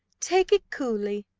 take it coolly,